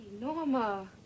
Norma